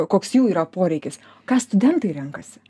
koks jų yra poreikis ką studentai renkasi